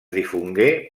difongué